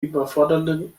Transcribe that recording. überforderten